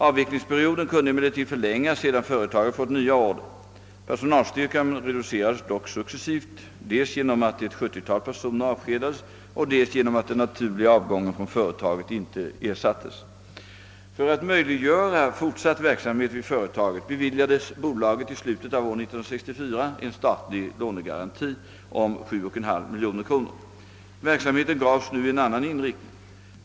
Avvecklingsperioden kunde emellertid förlängas sedan företaget fått nya order. Personalstyrkan reducerades dock successivt dels genom att ett 70 tal personer avskedades och dels genom att den naturliga avgången från företaget inte ersattes. För att möjliggöra fortsatt verksamhet vid företaget beviljades bolaget i slutet av år 1964 en statlig lånegaranti om 7,5 miljoner kr. Verksamheten gavs nu en annan inriktning.